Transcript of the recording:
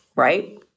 right